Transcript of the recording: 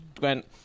went